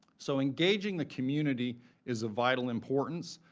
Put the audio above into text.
so, engaging the community is vital importance,